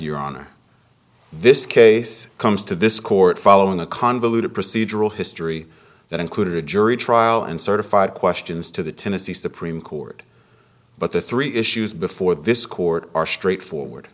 donna this case comes to this court following a convoluted procedural history that included a jury trial and certified questions to the tennessee supreme court but the three issues before this court are straightforward